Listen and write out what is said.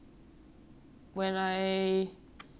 when my parents like stop working right